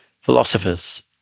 philosophers